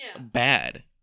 bad